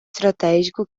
estratégico